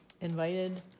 Invited